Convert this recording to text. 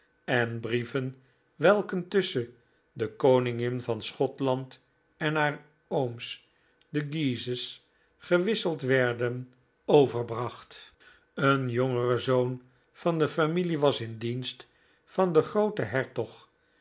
en brieven welke tusschen de koningin van schotland en haar ooms de guises gewisseld werden overbracht een jongere zoon van de familie was in dienst van den grooten hertog